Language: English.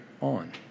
on